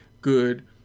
good